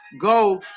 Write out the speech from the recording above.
Go